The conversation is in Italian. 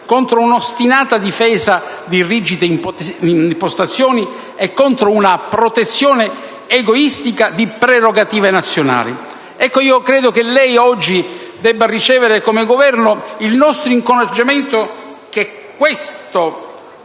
contro un'ostinata difesa di rigide impostazioni e contro una protezione egoistica di prerogative nazionali. Credo che lei oggi deve ricevere, come Governo, il nostro incoraggiamento, perché